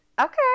okay